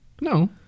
No